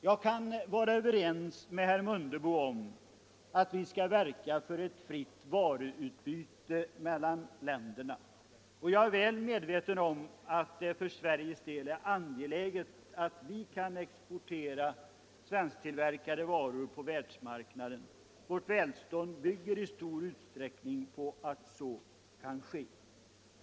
Jag kan vara överens med herr Mundebo om att vi skall verka för ett fritt varuutbyte mellan olika länder. Och jag är väl medveten om att det för Sveriges del är angeläget att vi kan exportera svensktillverkade varor på världsmarknaden. Vårt välstånd bygger i stor utsträckning på att så kan ske.